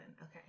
okay